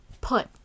put